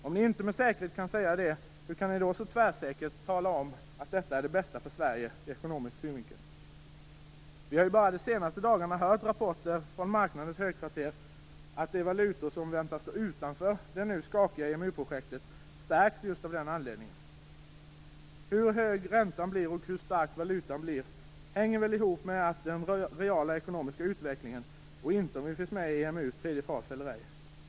Om ni inte med säkerhet kan säga det, hur kan ni då så tvärsäkert tala om att detta är det bästa för Sverige ur ekonomisk synvinkel? Vi har bara under de senaste dagarna hört rapporter från marknadernas högkvarter om att de valutor som väntas stå utanför det nu skakiga EMU-projektet stärks just av den anledningen. Hur hög räntan blir och hur stark valutan blir hänger väl ihop med den reala ekonomiska utvecklingen och inte med om vi finns med i EMU:s tredje fas eller ej.